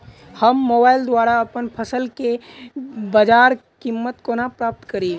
हम मोबाइल द्वारा अप्पन फसल केँ बजार कीमत कोना प्राप्त कड़ी?